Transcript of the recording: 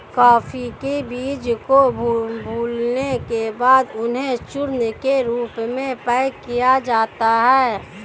coffee के बीजों को भूलने के बाद उन्हें चूर्ण के रूप में पैक किया जाता है